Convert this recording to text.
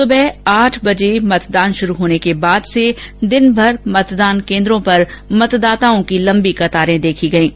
सुबह आठ बजे मतदान शुरू होने के बाद से दिनभर मतदान केन्द्रो पर मतदाताओं की लम्बी कतारें देखी गईं